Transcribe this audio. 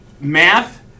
math